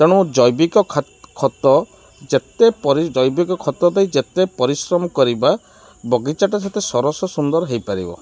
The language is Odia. ତେଣୁ ଜୈବିକ ଖତ ଯେତେ ଜୈବିକ ଖତ ଦେଇ ଯେତେ ପରିଶ୍ରମ କରିବା ବଗିଚାଟା ସେତେ ସରସ ସୁନ୍ଦର ହେଇପାରିବ